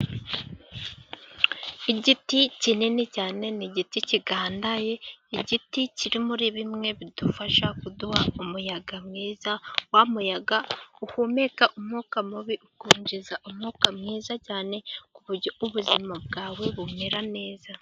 Igiti kinini cyane, ni igiti kigandaye, ni igiti kiri muri bimwe bidufasha kuduha umuyaga mwiza, wa muyaga uhumeka umwuka mubi ukinjiza umwuka mwiza cyane, ku buryo ubuzima bwawe bumera neza.